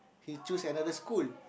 he choose another school